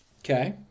Okay